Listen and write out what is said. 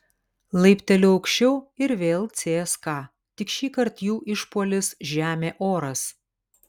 laipteliu aukščiau ir vėl cska tik šįkart jų išpuolis žemė oras